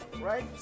Right